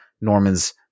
Norman's